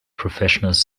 professionals